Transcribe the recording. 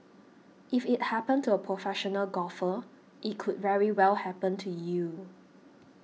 if it happened to a professional golfer it could very well happen to you